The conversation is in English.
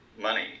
money